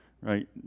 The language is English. right